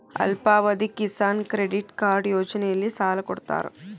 ಅಲ್ಪಾವಧಿಯ Kisan credit card ಯೋಜನೆಯಲ್ಲಿಸಾಲ ಕೊಡತಾರ